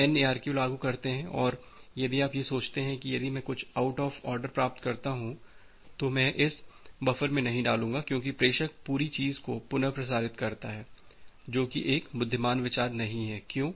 यदि आप N ARQ लागू करतें हैं और यदि आप ये सोचते हैं की यदि मैं कुछ आउट ऑफ आर्डर प्राप्त करता हूँ तो मैं इसे बफर में नहीं डालूंगा क्योंकि प्रेषक पूरी चीज़ को पुनः प्रसारित करता है जो की एक बुद्धिमान विचार नहीं है